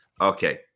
Okay